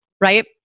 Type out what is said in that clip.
right